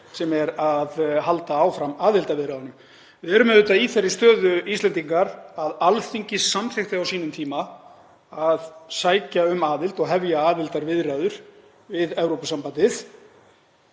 sem er að halda áfram aðildarviðræðunum. Við erum auðvitað í þeirri stöðu, Íslendingar, að Alþingi samþykkti á sínum tíma að sækja um aðild og hefja aðildarviðræður við Evrópusambandið.